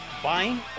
Buying